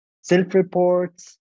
self-reports